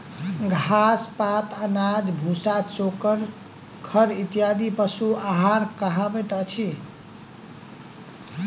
घास, पात, अनाज, भुस्सा, चोकर, खड़ इत्यादि पशु आहार कहबैत अछि